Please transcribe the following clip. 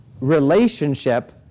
relationship